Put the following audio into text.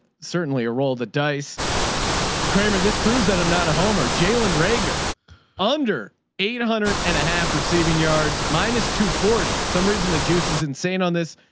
certainly a role. the dice cramer. this proves that i'm not a homer jalen rager under eight hundred and a half receiving yards minus two. for some reason, the juice is insane on this.